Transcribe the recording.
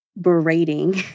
berating